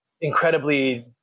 incredibly